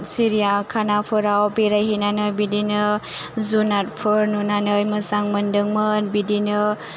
सिरियाकानाफोराव बेराय हैनानै बिदिनो जुनादफोर नुनानै मोजांमोनदोंमोन बिदिनो